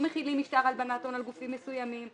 מכילים משטר הלבנת הון על גופים מסוימים.